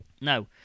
Now